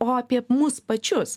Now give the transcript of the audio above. o apie mus pačius